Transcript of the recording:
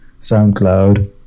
SoundCloud